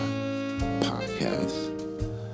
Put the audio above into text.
podcast